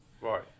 Right